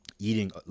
eating